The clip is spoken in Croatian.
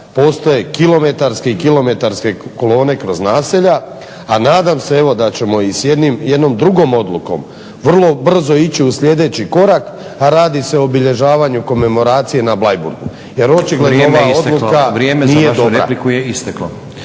postoje kilometarske i kilometarske kolone kroz naselja. A nadam se evo da ćemo i s jednom drugom odlukom vrlo brzo ići u sljedeći korak, a radi se o obilježavanju komemoracije na Bleiburgu jer očigledno ova odluka nije dobra. **Stazić, Nenad (SDP)** Vrijeme je isteklo,